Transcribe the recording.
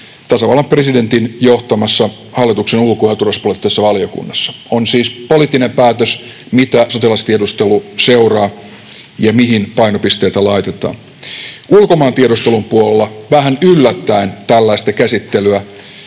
tasavallan presidentin johtamassa hallituksen ulko- ja turvallisuuspoliittisessa valiokunnassa. On siis poliittinen päätös, mitä sotilastiedustelu seuraa ja mihin painopisteitä laitetaan. Ulkomaantiedustelun puolella vähän yllättäen tällaista poliittista